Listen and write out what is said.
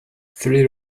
three